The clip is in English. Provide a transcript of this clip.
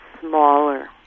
smaller